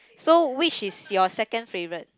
so which is your second favourite